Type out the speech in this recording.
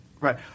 right